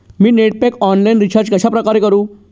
मी net pack online recharge कशाप्रकारे करु?